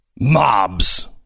Mobs